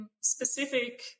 specific